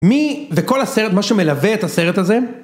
מי, וכל הסרט, מה שמלווה את הסרט הזה